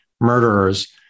murderers